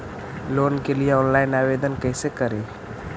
Loan के लिये online आवेदन कैसे करि?